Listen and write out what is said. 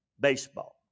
baseball